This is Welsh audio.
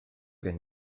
gen